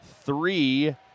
three